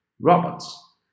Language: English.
robots